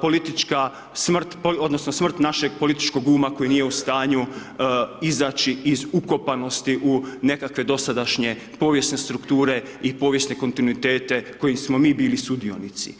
politička smrt odnosno smrt našeg političkog uma koji nije u stanju izaći iz ukopanosti u nekakve dosadašnje povijesne strukture i povijesne kontinuitete kojih smo bili sudionici.